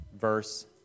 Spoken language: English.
verse